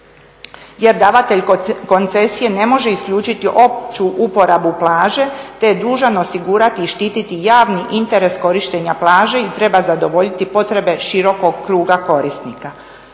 jer davatelj koncesije ne može isključiti opću uporabu plaže te je dužan osigurati i štititi javni interes korištenja plaže i treba zadovoljiti potrebe širokog kruga korisnika.